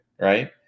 right